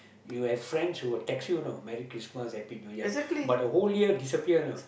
you have friends who will text you you know Merry Christmas Happy New Year but the whole year disappear you know